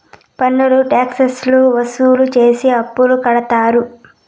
పన్నులు ట్యాక్స్ లు వసూలు చేసి అప్పులు కడతారు